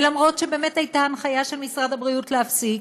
ולמרות שבאמת הייתה הנחיה של משרד הבריאות להפסיק,